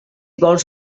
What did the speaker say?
vols